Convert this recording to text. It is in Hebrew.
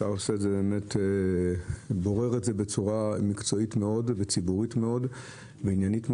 ואתה בורר את זה בצורה מקצועית מאוד וציבורית מאוד ועניינית מאוד.